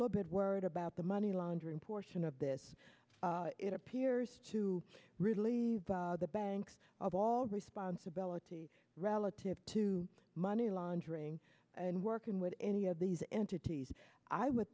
little bit worried about the money laundering portion of this it appears to relieve the banks of all responsibility relative to money laundering and working with any of these entities i would